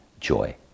joy